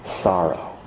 sorrow